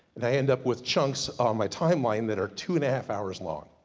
and i end up with chunks on my timeline, that are two and a half hours long.